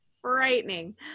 Frightening